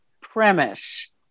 premise